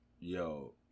Yo